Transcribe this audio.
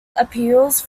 appeals